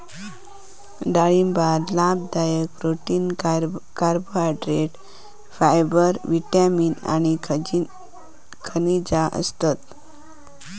डाळिंबात लाभदायक protein, carbohydrate, fibre, vitamin आणि खनिजा असतत